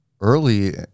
early